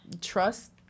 trust